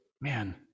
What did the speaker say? man